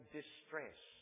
distress